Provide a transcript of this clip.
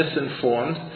misinformed